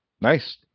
nice